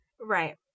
right